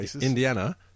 Indiana